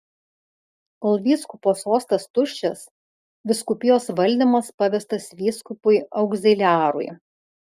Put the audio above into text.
kol vyskupo sostas tuščias vyskupijos valdymas pavestas vyskupui augziliarui